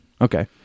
Okay